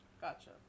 Gotcha